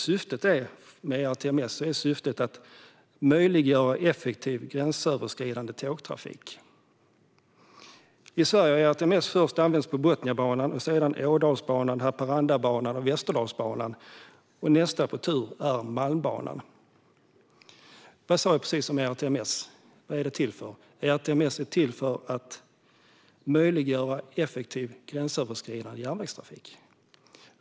Syftet med ERTMS är att möjliggöra effektiv gränsöverskridande tågtrafik. I Sverige har ERTMS först använts på Botniabanan och sedan på Ådalsbanan, Haparandabanan och Västerdalsbanan. Nästa på tur är Malmbanan. Vad sa jag nyss att ERTMS är till för? Jo, ERTMS är till för att möjliggöra effektiv gränsöverskridande tågtrafik.